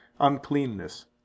uncleanness